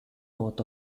north